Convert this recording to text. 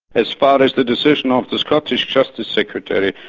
as far as the decision of the scottish justice secretary,